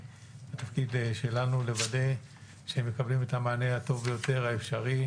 והתפקיד שלנו הוא לוודא שהם מקבלים את המענה הטוב ביותר האפשרי